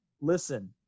Listen